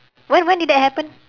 when when did that happen